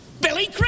Billy